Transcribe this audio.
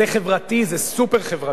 זה חברתי, זה סופר-חברתי.